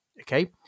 okay